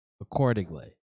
accordingly